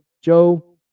Joe